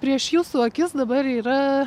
jūsų akis dabar yra